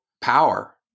power